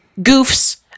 goofs